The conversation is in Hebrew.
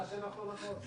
מה ההצעה?